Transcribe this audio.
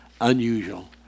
unusual